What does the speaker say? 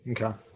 Okay